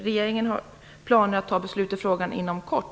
Regeringen har planer på att fatta beslut i frågan inom kort.